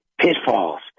pitfalls